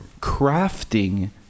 crafting